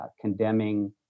condemning